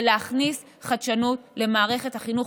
להכניס חדשנות למערכת החינוך,